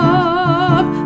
up